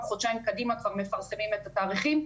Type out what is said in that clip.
חודשיים קדימה כבר מפרסמים את התאריכים.